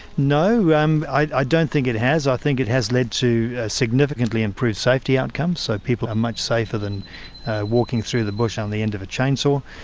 no, um i don't think it has. i think it has led to significantly improved safety outcomes, so people are much safer than walking through the bush on the end of a chainsaw.